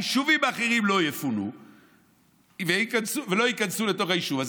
היישובים האחרים לא יפונו ולא ייכנסו לתוך היישוב הזה.